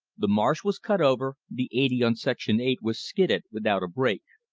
the marsh was cut over the eighty on section eight was skidded without a break.